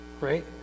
right